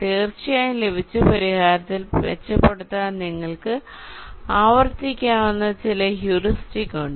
തീർച്ചയായും ലഭിച്ച പരിഹാരത്തിൽ മെച്ചപ്പെടുത്താൻ നിങ്ങൾക്ക് ആവർത്തിക്കാവുന്ന ചില ഹ്യൂറിസ്റ്റിക്സ് ഉണ്ട്